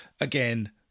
again